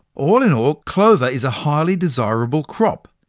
all-in-all, clover is a highly desirable crop.